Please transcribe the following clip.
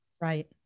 Right